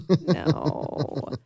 No